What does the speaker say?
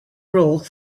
rule